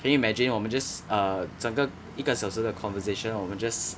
can you imagine 我们 just err 整个一个小时的 conversation 我们 just